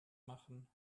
machen